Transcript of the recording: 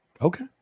Okay